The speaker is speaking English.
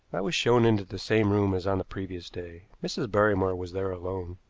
i was shown into the same room as on the previous day. mrs. barrymore was there alone.